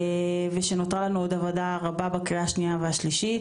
ושנותרה לנו עוד עבודה רבה בקריאה השנייה והשלישית.